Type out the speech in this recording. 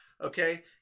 Okay